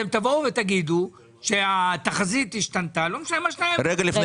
אתם תבואו ותגידו שהתחזית השתנתה --- רגע לפני